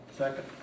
Second